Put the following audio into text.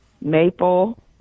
maple